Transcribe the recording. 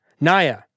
Naya